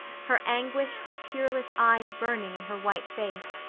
her anguished, tearless eyes burning in her white face.